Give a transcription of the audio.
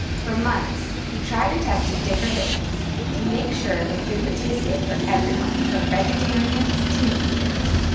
for months, he tried and tested different dishes to make sure the food would taste good for everyone from vegetarians to meat-eaters.